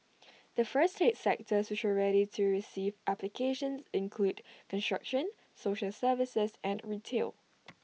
the first eight sectors which are ready to receive applications include construction social services and retail